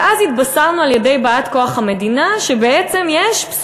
ואז התבשרנו על-ידי באת-כוח המדינה,